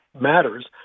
matters